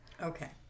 okay